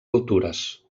altures